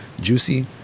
Juicy